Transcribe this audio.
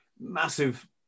Massive